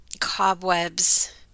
cobwebs